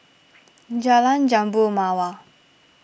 Jalan Jambu Mawar